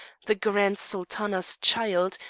the grand sultana's child,